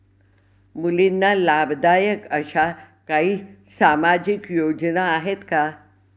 मुलींना लाभदायक अशा काही सामाजिक योजना आहेत का?